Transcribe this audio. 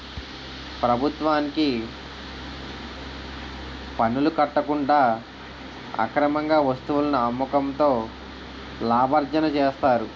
ప్రభుత్వానికి పనులు కట్టకుండా అక్రమార్గంగా వస్తువులను అమ్మకంతో లాభార్జన చేస్తారు